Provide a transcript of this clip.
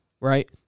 right